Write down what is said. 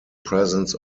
presence